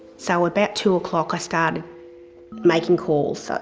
so about two o'clock i started making calls.